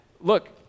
look